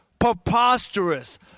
preposterous